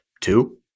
Two